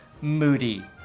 Moody